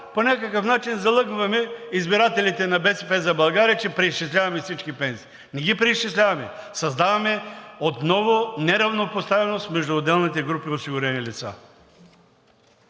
по някакъв начин залъгваме избирателите на „БСП за България“, че преизчисляваме всички пенсии. Не ги преизчисляваме, а отново създаваме неравнопоставеност между отделните групи осигурени лица.